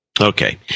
Okay